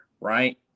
right